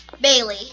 Bailey